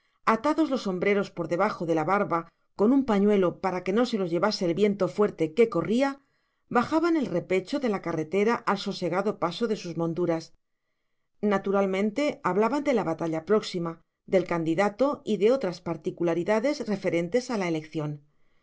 atados los sombreros por debajo de la barba con un pañuelo para que no se los llevase el viento fuerte que corría bajaban el repecho de la carretera al sosegado paso de sus monturas naturalmente hablaban de la batalla próxima del candidato y de otras particularidades referentes a la elección